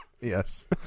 yes